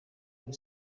muri